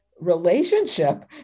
relationship